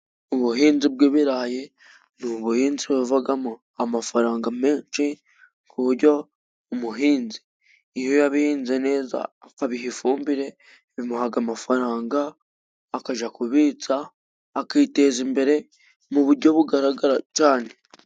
Ubuhinzi bw'ibirayi ni ubuhinzi buvagamo amafaranga menshi ku buryo umuhinzi iyo yabihinze neza akabiha ifumbire bimuhaga amafaranga akaja kubitsa akiteza imbere mu buryo bugaragara cane.